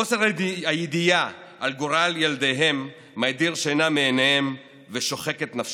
חוסר הידיעה על גורל ילדיהן מדיר שינה מעיניהם ושוחק את נפשן.